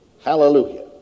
Hallelujah